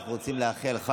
רבותיי חברי הכנסת,